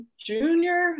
junior